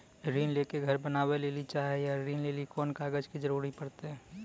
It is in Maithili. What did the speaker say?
ऋण ले के घर बनावे लेली चाहे या ऋण लेली कोन कागज के जरूरी परतै?